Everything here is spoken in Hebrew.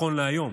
נכון להיום,